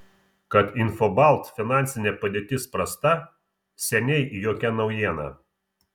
kad infobalt finansinė padėtis prasta seniai jokia naujiena